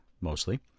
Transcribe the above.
mostly